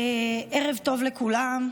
ערב טוב לכולם.